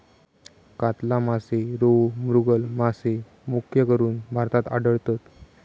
कातला मासे, रोहू, मृगल मासे मुख्यकरून भारतात आढळतत